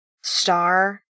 Star